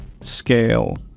scale